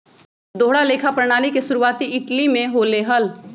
दोहरा लेखा प्रणाली के शुरुआती इटली में होले हल